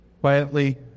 quietly